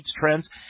trends